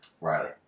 Riley